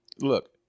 look